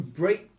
break